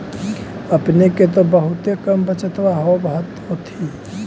अपने के तो बहुते कम बचतबा होब होथिं?